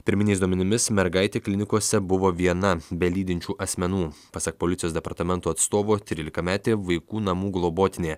pirminiais duomenimis mergaitė klinikose buvo viena be lydinčių asmenų pasak policijos departamento atstovo trylikametė vaikų namų globotinė